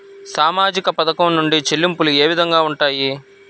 సామాజిక పథకం నుండి చెల్లింపులు ఏ విధంగా ఉంటాయి?